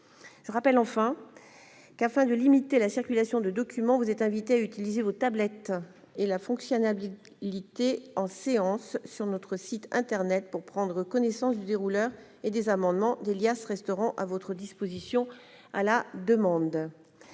je rappelle enfin qu'afin de limiter la circulation de documents, vous êtes invités à utiliser vos tablettes et la fonctionnaire l'IT en séance sur notre site Internet pour prendre connaissance du des rouleurs et des amendements, des liasses resteront à votre disposition, à la demande